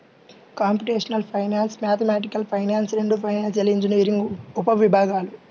computational finance, mathematical finance రెండూ financial engineering ఉపవిభాగాలు